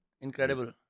Incredible